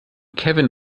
kevin